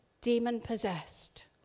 demon-possessed